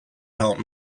help